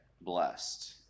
Blessed